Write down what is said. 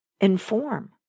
inform